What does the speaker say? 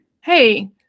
hey